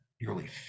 nearly